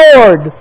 Lord